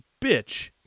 bitch